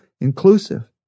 inclusive